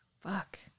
Fuck